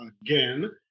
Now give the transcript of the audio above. again